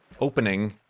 opening